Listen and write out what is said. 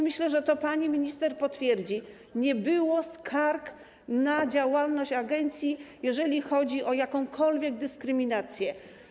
Myślę, że pani minister potwierdzi, że nie było skarg na działalność agencji, jeżeli chodzi o jakąkolwiek dyskryminację.